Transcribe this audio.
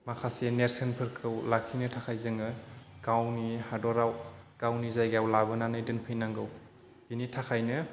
माखासे नेरसोनफोरखौ लाखिनो थाखाय जोङो गावनि हादरआव गावनि जायगायाव लाबोनानै दोनफैनांगौ बिनि थाखायनो